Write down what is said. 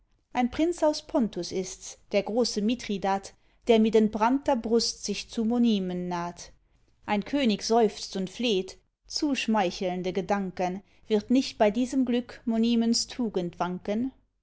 ein prinz aus pontus ists der großer mithridat der mit entbrannter brust sich zu monimen naht ein könig seufzt und fleht zu schmeichelnde gedanken wird nicht bei diesem glück monimens tugend wanken